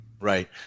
Right